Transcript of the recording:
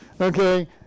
Okay